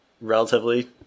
relatively